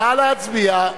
נא להצביע.